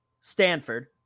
Stanford